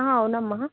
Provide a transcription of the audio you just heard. అవునమ్మ